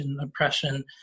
oppression